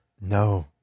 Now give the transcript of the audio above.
no